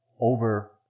Over